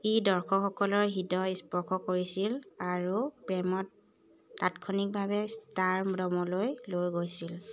ই দৰ্শকসকলৰ হৃদয় স্পৰ্শ কৰিছিল আৰু প্ৰেমত তাৎক্ষণিকভাৱে ষ্টাৰডমলৈ লৈ গৈছিল